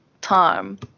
time